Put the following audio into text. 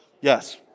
Yes